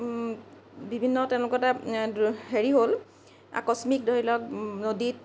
বিভিন্ন তেওঁলোকৰ তাত হেৰি হ'ল আকস্মিক ধৰি লওক নদীত